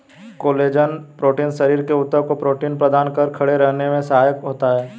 collagen protein शरीर के ऊतक को प्रोटीन प्रदान कर खड़े रहने में सहायक होता है